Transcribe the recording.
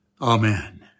Amen